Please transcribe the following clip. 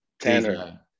tanner